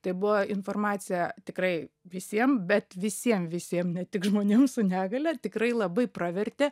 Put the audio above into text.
tai buvo informacija tikrai visiem bet visiem visiem ne tik žmonėm su negalia ir tikrai labai pravertė